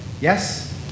Yes